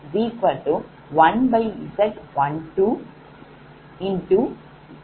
4247j j0